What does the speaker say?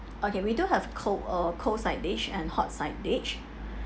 okay we do have cold uh cold side dish and hot side dish